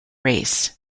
race